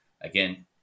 again